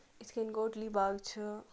یِتھ کٔنۍ گوٹلی باغ چھِ